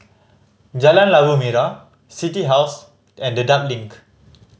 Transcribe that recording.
Jalan Labu Merah City House and Dedap Link